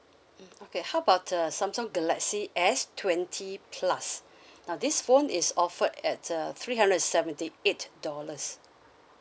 mm okay how about uh samsung galaxy S twenty plus now this phone is offered at uh three hundred and seventy eight dollars